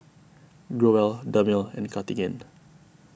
Growell Dermale and Cartigain